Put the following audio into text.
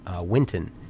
Winton